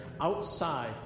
outside